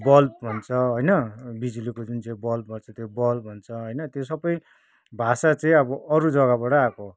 bulb भन्छ होइन बिजुलीको जुन चाहिँ बल्बहरू छ त्यो बल्ब भन्छ होइन त्यो सबै भाषा चाहिँ अब अरू जग्गाबाट आएको हो